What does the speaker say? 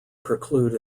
preclude